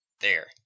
There